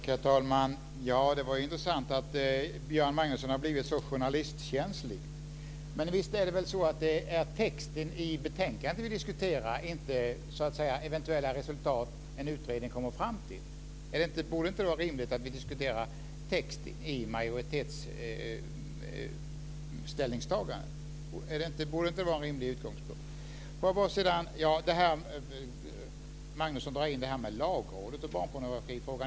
Herr talman! Det är intressant att Göran Magnusson har blivit så journalistkänslig. Men visst är det väl texten i betänkandet vi diskuterar, inte eventuella resultat som en utredning kommer fram till. Borde det då inte vara en rimlig utgångspunkt att vi diskuterar texten i majoritetens ställningstagande? Magnusson drar in detta med Lagrådet i barnpornografifrågan.